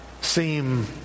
seem